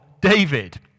David